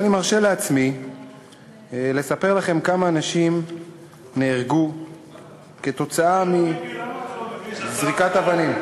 אני מרשה לעצמי לספר כמה אנשים נהרגו כתוצאה מזריקת אבנים.